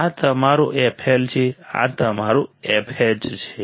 આ તમારો fL છે આ તમારો fH છે